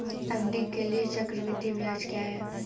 FD के लिए चक्रवृद्धि ब्याज क्या है?